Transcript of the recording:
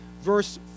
verse